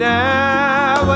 now